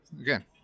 again